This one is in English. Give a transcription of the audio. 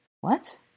What